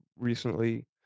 recently